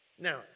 Now